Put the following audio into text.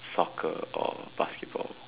soccer or basketball